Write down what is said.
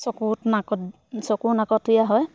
চকুত নাকত চকু নাকতীয়া হয়